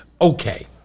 Okay